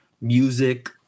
music